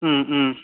ம் ஹும்